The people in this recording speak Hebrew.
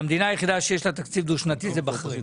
זה שהמדינה היחידה שיש לה תקציב דו- שנתי היא בחריין.